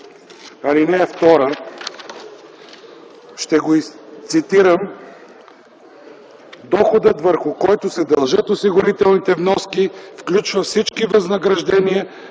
ал. 2 – ще го цитирам: „ Доходът, върху който се дължат осигурителните вноски включва всички възнаграждения,